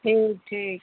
ठीक ठीक